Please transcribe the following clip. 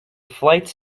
flights